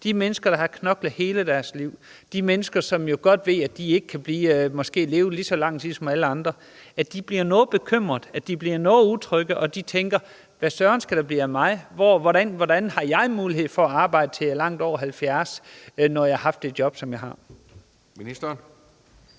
de mennesker, som har knoklet hele deres liv, de mennesker, som jo godt ved, at de måske ikke kan leve lige så længe som alle andre, bliver noget bekymrede, bliver noget utrygge, og at de tænker: Hvad søren skal der blive af mig? Hvordan har jeg mulighed for at arbejde, til jeg er langt over 70 år, når jeg har haft det job, som jeg har? Kl.